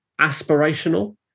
aspirational